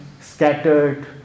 scattered